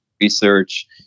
research